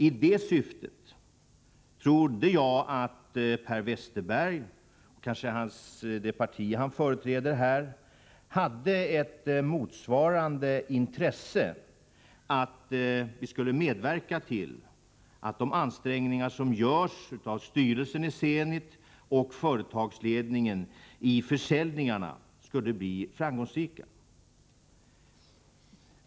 Med tanke härpå trodde jag att Per Westerberg och det parti han företräder kanske hade ett motsvarande intresse av att vi skulle medverka till att de ansträngningar som görs av styrelsen i Zenit och av företagsledningen för att få försäljningarna till stånd skulle bli framgångsrika.